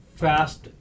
fast